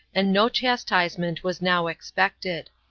and no chastisement was now expected.